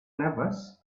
nervous